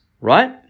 right